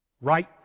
Right